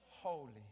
Holy